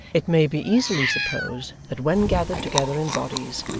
it may be easily supposed that when gathered together in bodies,